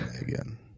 again